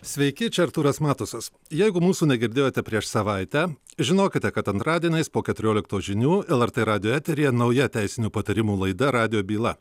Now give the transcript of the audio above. sveiki čia artūras matusas jeigu mūsų negirdėjote prieš savaitę žinokite kad antradieniais po keturioliktos žinių lrt radijo eteryje nauja teisinių patarimų laida radijo byla